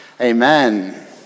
amen